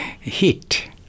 heat